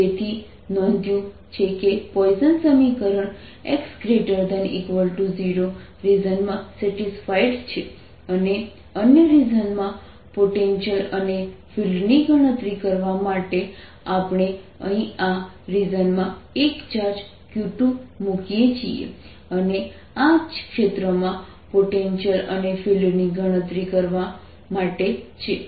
તેથી નોંધ્યું છે કે પોઈઝન સમીકરણ x0 રિજનમાં સેટિસ્ફાઇડ છે અને અન્ય રિજનમાં પોટેન્ટિઅલ અને ફિલ્ડની ગણતરી કરવા માટે આપણે અહીં આ રિજનમાં એક ચાર્જ q2 મૂકીએ છીએ અને આ ક્ષેત્રમાં પોટેન્ટિઅલ અને ફિલ્ડની ગણતરી કરવા માટે છે